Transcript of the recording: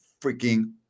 freaking